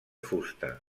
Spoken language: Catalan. fusta